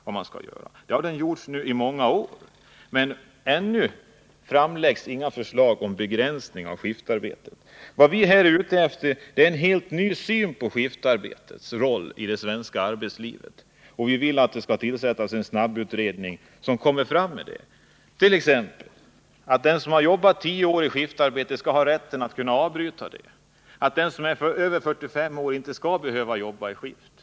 Men man har utrett frågan under många år nu, och ännu har inte några som helst förslag lagts fram om begränsning av skiftarbetet. Vad vi vill uppnå är en helt ny syn på skiftarbetets roll i det svenska arbetslivet, och vi vill därför att det skall tillsättas en snabbutredning som kan komma fram med förslag i en sådan riktning. Vad vi kräver är förslag som exempelvis går ut på att den som har jobbat tio år i skiftarbete skall ha rätt att avbryta det och få ett annat jobb eller att den som är över 45 år inte skall behöva jobba i skift.